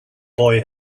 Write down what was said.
boy